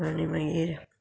आनी मागीर